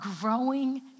growing